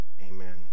Amen